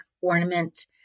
ornament